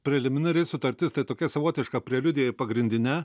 preliminari sutartis tai tokia savotiška preliudija į pagrindinę